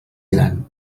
gran